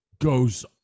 goes